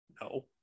no